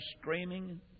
screaming